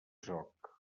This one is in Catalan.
sóc